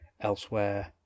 elsewhere